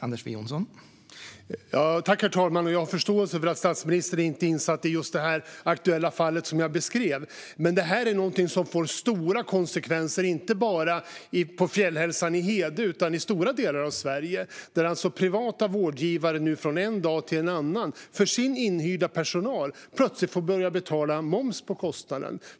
Herr talman! Jag har förståelse för att statsministern inte är insatt i just det aktuella fall som jag beskrev. Men detta är något som får stora konsekvenser inte bara för Fjällhälsan i Hede utan i stora delar av Sverige där privata vårdgivare nu från en dag till en annan för sin inhyrda personal plötsligt får börja betala 25 procents moms på kostnaden.